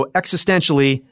existentially